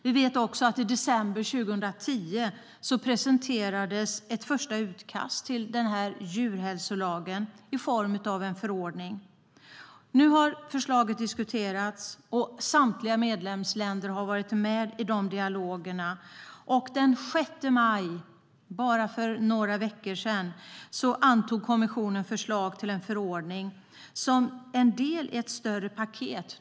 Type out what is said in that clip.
Vi vet också att ett första utkast till denna djurhälsolag i form av en förordning presenterades i december 2010. Nu har förslaget diskuterats, och samtliga medlemsländer har varit med i dessa dialoger. Den 6 maj, för bara några veckor sedan, antog kommissionen förslag till en förordning som en del i ett större paket.